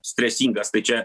stresingas tai čia